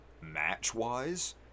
match-wise